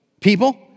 people